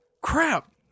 Crap